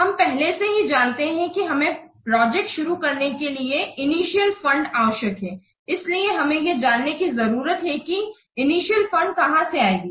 हम पहले से ही जानते हैं कि हमें प्रोजेक्ट शुरू करने के लिए इनिशियल फण्ड आवश्यक है इसलिए हमें यह जानने की जरूरत है कि इनिशियल फण्ड कहा से आएगी